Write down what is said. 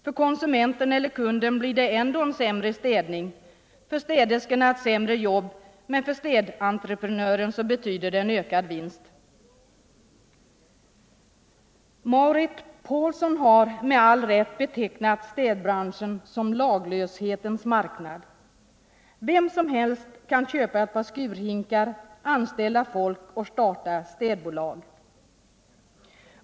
För konsumenten eller kunden blir det ändå en sämre städning, för städerskorna ett sämre jobb, men för städentreprenören betyder det ökad vinst. Marit Paulsson har med all rätt betecknat städbranschen som laglöshetens marknad. Vem som helst kan köpa ett par skurhinkar, anställa folk och starta ett städbolag.